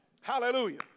Hallelujah